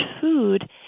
food